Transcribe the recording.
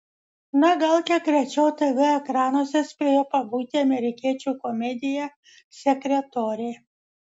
na gal kiek rečiau tv ekranuose spėjo pabūti amerikiečių komedija sekretorė